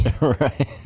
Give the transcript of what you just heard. Right